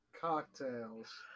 cocktails